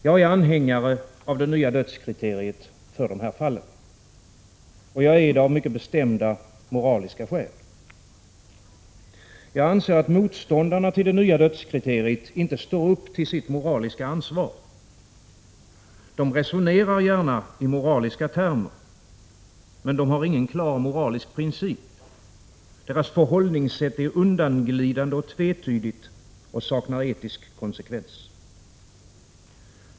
Jag är anhängare av det nya dödskriteriet för de här fallen, och jag är det av mycket bestämda moraliska skäl. Jag anser att motståndarna till det nya dödskriteriet inte tar sitt moraliska ansvar. De resonerar gärna i moraliska termer, men de har ingen klar moralisk princip. Deras förhållningssätt är undanglidande och tvetydigt och saknar etisk konsekvens.